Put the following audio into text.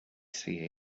see